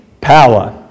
power